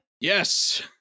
Yes